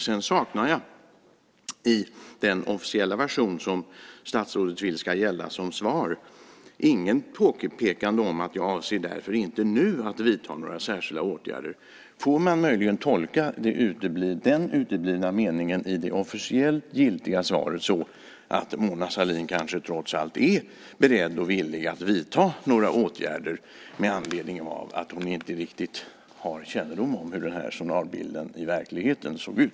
Sedan saknar jag i den officiella version som statsrådet vill ska gälla som svar inget påpekande att "jag avser därför inte att nu vidta några särskilda åtgärder". Får man möjligen tolka den uteblivna meningen i det officiellt giltiga svaret så att Mona Sahlin kanske trots allt är beredd och villig att vidta några åtgärder med anledning av att hon inte riktigt har kännedom om hur journalbilden i verkligheten såg ut?